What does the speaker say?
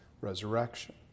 resurrection